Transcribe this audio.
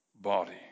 body